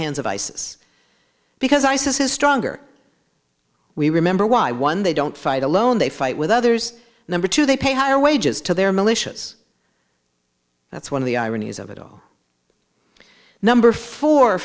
hands of isis because isis is stronger we remember why one they don't fight alone they fight with others number two they pay higher wages to their militias that's one of the ironies of it all number four